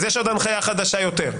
אז יש עוד הנחיה חדשה יותר.